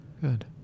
Good